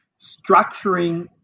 structuring